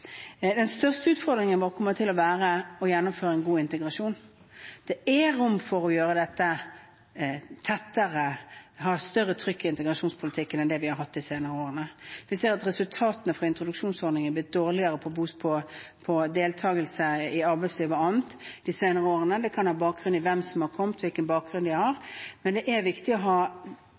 Den største utfordringen vår kommer til å være å gjennomføre en god integrasjon. Det er rom for å gjøre dette tettere, ha større trykk i integrasjonspolitikken enn det vi har hatt de senere årene. Vi ser at resultatene fra introduksjonsordningen har blitt dårligere på deltakelse i arbeidslivet og annet de senere årene. Det kan ha bakgrunn i hvem som har kommet, og hvilken bakgrunn de har, men det er viktig å ha